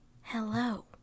Hello